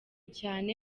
cyane